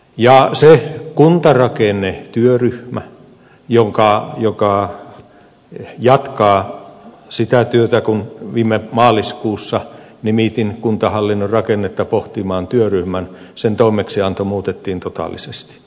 ja se kuntarakennetyöryhmä joka jatkaa sitä työtä kun viime maaliskuussa nimitin kuntahallinnon rakennetta pohtimaan työryhmän sen toimeksianto muutettiin totaalisesti